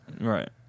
Right